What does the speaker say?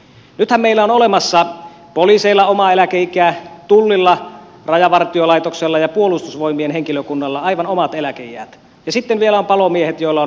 nythän meillä on olemassa poliiseilla oma eläkeikä tullilla rajavartiolaitoksella ja puolustusvoimien henkilökunnalla aivan omat eläkeiät ja sitten vielä on palomiehet joilla on oma eläkeikä